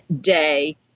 day